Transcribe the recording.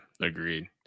agreed